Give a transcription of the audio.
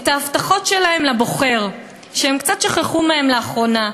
את ההבטחות שלהם לבוחר שהם קצת שכחו לאחרונה.